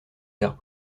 terre